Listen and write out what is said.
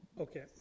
Okay